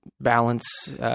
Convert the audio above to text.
balance